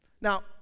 Now